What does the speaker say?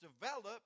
develop